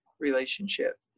relationship